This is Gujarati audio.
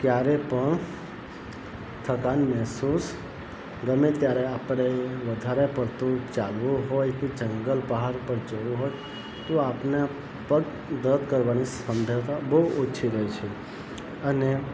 ક્યારેય પણ થકાન મહેસુસ ગમે ત્યારે આપણે વધારે પડતું ચાલવું હોય કે જંગલ પહાડ પર ચડવું હોય તો આપણને પગ દર્દ કરવાની સંભવતા બહુ ઓછી રહે છે અને